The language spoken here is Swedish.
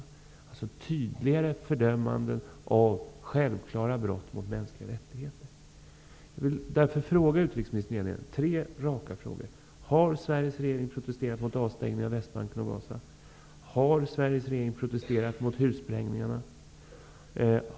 Jag efterlyser tydligare fördömanden av brott som självklart utgör brott mot de mänskliga rättigheterna. Jag har tre raka frågor till utrikesministern. Har Sveriges regering protesterat mot avstängningarna av Västbanken och Gaza? Har Sveriges regering protesterat mot hussprängningarna?